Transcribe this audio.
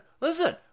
listen